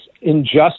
injustice